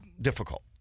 difficult